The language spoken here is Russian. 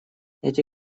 эти